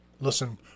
Listen